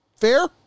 Fair